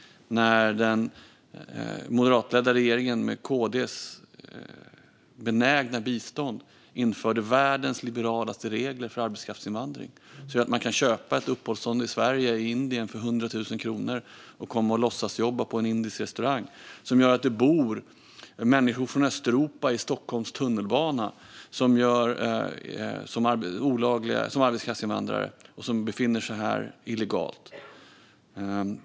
När den moderatledda regeringen med KD:s benägna bistånd införde världens liberalaste regler för arbetskraftsinvandring gjorde det att man kan köpa ett uppehållstillstånd i Sverige i Indien för 100 000 kronor och komma och låtsasjobba på en indisk restaurang. Det gör att det bor människor från Östeuropa i Stockholms tunnelbana som är arbetskraftsinvandrare och som befinner sig här illegalt.